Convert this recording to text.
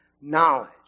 knowledge